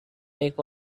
make